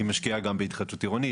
משקיעה גם בהתחדשות עירונית,